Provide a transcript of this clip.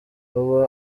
ubu